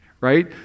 right